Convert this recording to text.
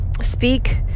Speak